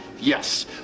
Yes